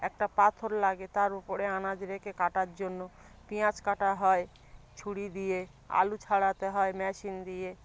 একটা পাথর লাগে তার উপরে আনাজ রেখে কাটার জন্য পিঁয়াজ কাটা হয় ছুরি দিয়ে আলু ছাড়াতে হয় মেশিন দিয়ে